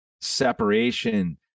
separation